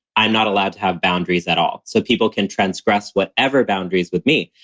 i'm not allowed to have boundaries at all. so people can transgress whatever boundaries with me.